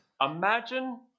Imagine